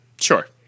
sure